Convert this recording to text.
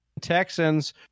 Texans